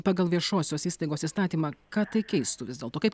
pagal viešosios įstaigos įstatymą ką tai keistų vis dėlto kaip